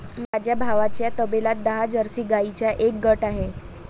माझ्या भावाच्या तबेल्यात दहा जर्सी गाईंचा एक गट आहे